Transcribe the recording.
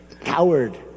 coward